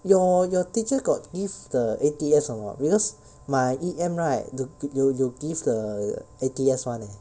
your your teacher got give the A_T_S or not because my E_M right th~ th~ 有 give the A_T_S [one] leh